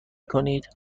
کنید